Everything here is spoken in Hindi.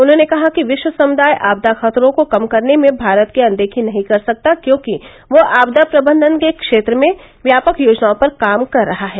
उन्होंने कहा कि विश्व समुदाय आपदा खतरों को कम करने में भारत की अनदेखी नहीं कर सकता क्योंकि वह आपदा प्रबंधन के क्षेत्र में व्यापक योजनाओं पर काम कर रहा है